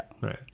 Right